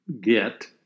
get